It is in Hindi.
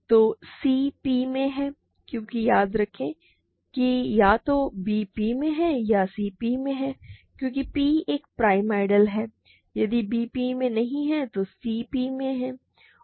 तो c P में है क्योंकि याद रखें या तो b P में है या c P में है क्योंकि P एक प्राइम आइडियल है यदि b P में नहीं है तो c P में है